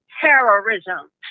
terrorism